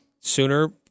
sooner